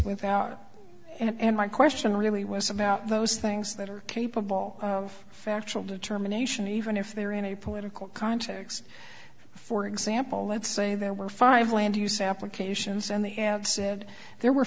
with out and my question really was about those things that are capable of factual determination even if they're in a political context for example let's say there were five land use applications and they have said there were